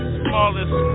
smallest